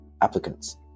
applicants